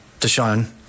Deshaun